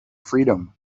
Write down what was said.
freedom